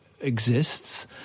exists